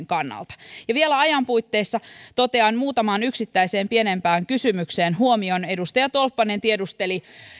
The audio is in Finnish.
kannalta vielä ajan puitteissa totean muutamaan yksittäiseen pienempään kysymykseen huomion edustaja tolppanen tiedusteli